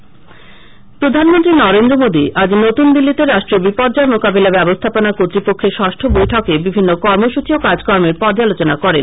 প্রধানমন্ত্রী প্রধানমন্ত্রী নরেন্দ্র মোদী আজ নতুন দিল্লীতে রাষ্ট্রীয় বিপর্যয় মোকাবিলা ব্যবস্থাপনা কর্তৃপক্ষের ষষ্ঠ বৈঠকে বিভিন্ন কর্মসূচি ও কাজকর্মের পর্যালোচনা করেন